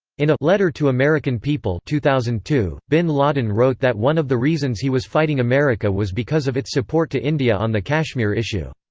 in a letter to american people two thousand and two, bin laden wrote that one of the reasons he was fighting america was because of its support to india on the kashmir issue.